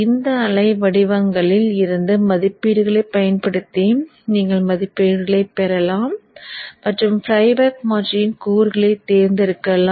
இந்த அலை வடிவங்களில் இருந்து மதிப்பீடுகளைப் பயன்படுத்தி நீங்கள் மதிப்பீடுகளைப் பெறலாம் மற்றும் ஃப்ளைபேக் மாற்றியின் கூறுகளைத் தேர்ந்தெடுக்கலாம்